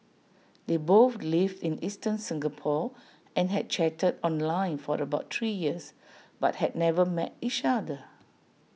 they both lived in eastern Singapore and had chatted online for about three years but had never met each other